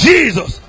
Jesus